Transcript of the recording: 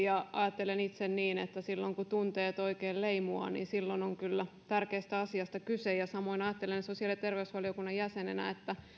ja toisin ajattelen itse niin että silloin kun tunteet oikein leimuavat silloin on kyllä tärkeästä asiasta kyse samoin ajattelen sosiaali ja terveysvaliokunnan jäsenenä että